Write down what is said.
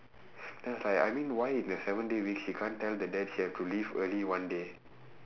then I was like I mean why in a seven day week she can't tell the dad she have to leave early one day